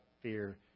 fear